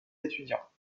étudiants